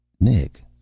nick